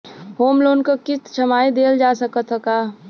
Home loan क किस्त छमाही देहल जा सकत ह का?